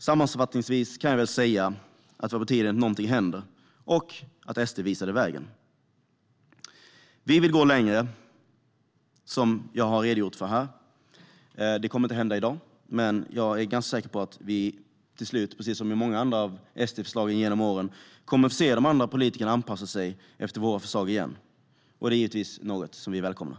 Sammanfattningsvis kan jag väl säga att det var på tiden att någonting händer och att SD visade vägen. Vi vill gå längre, som jag har redogjort för här. Det kommer inte att hända i dag. Men jag är ganska säker på att vi till slut, precis som med många andra av SD-förslagen genom åren, kommer att få se de andra politikerna anpassa sig till våra förslag igen. Det är givetvis något som vi välkomnar.